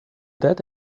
that